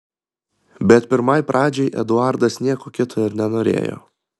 bet pirmai pradžiai eduardas nieko kito ir nenorėjo